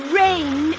rain